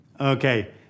Okay